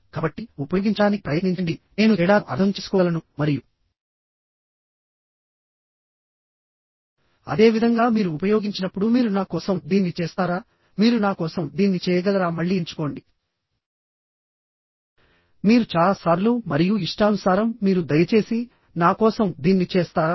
కాబట్టి ఉపయోగించడానికి ప్రయత్నించండి నేను తేడాను అర్థం చేసుకోగలను మరియు అదేవిధంగా మీరు ఉపయోగించినప్పుడు మీరు నా కోసం దీన్ని చేస్తారా మీరు నా కోసం దీన్ని చేయగలరా మళ్ళీ ఎంచుకోండి మీరు చాలా సార్లు మరియు ఇష్టానుసారం మీరు దయచేసి నా కోసం దీన్ని చేస్తారా